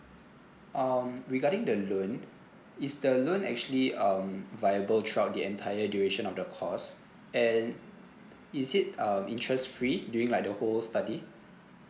um regarding the loan is the loan actually um viable throughout the entire duration of the course and is it um interest free during like the whole study